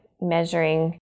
measuring